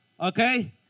Okay